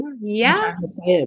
Yes